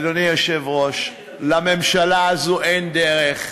אדוני היושב-ראש, לממשלה הזאת אין דרך,